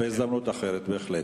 בהזדמנות אחרת, בהחלט.